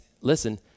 listen